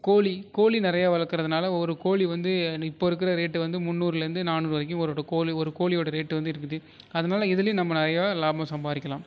கோழி கோழி நிறையா வளர்க்குறதுனால ஒரு கோழி வந்து இப்போ இருக்கிற ரேட்டு வந்து முன்னூறுலிருந்து நானூறு வரைக்கும் ஒருட்ட கோழி ஒரு கோழியோட ரேட்டு வந்து இருக்குது அதனால இதிலயும் நம்ம நிறையா லாபம் சம்பாதிக்கலாம்